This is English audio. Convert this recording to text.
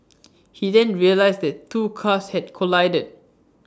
he then realised that two cars had collided